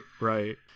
right